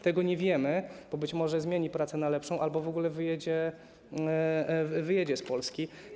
Tego nie wiemy, bo być może zmieni pracę na lepszą albo w ogóle wyjedzie z Polski.